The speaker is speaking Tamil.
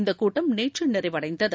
இந்த கூட்டம் நேற்று நிறைவடைந்தது